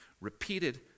repeated